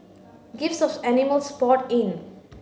gifts of animals poured in